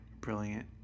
brilliant